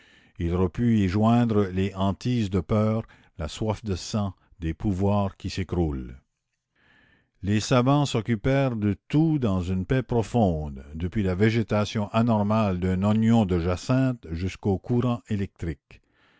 il aurait pu y joindre les hantises de peur la soif de sang des pouvoirs qui s'écroulent les savants s'occupèrent de tout dans une paix profonde depuis la végétation anormale d'un ognon de jacinthe jusqu'aux courants électriques